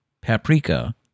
paprika